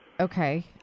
Okay